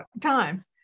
time